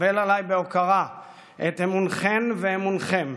מקבל עליי בהוקרה את אמונכן ואמונכם,